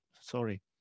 sorry